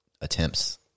attempts